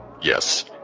Yes